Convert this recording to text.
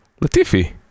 Latifi